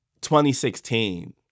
2016